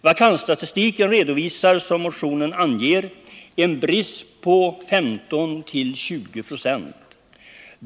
Vakansstatistiken redovisar, som motionen anger, en brist på 15 till 20 procent.